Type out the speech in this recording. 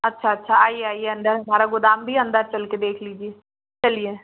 अच्छा अच्छा आइए आइए अंदर हमारा गोदाम भी अंदर चल के देख लीजिए चलिए